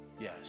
Yes